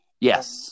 Yes